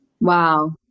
Wow